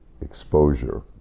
exposure